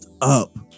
up